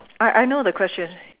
I I know the question